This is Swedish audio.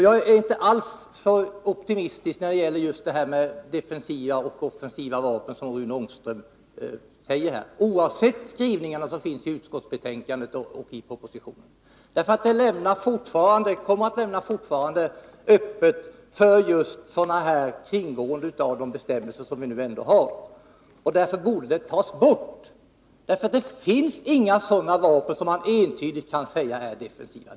Jag är inte alls optimistisk när det gäller detta med defensiva och offensiva vapen, trots skrivningarna i betänkandet och propositionen. Även de nya reglerna lämnar öppet för ett kringgående av bestämmelserna. Därför borde dessa bestämmelser tas bort. Det finns inga vapen som man ensidigt kan säga är defensiva.